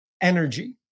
energy